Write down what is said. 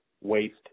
waste